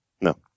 No